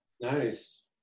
Nice